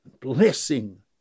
blessing